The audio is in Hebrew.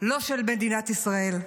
לא של מדינת ישראל.